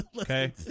Okay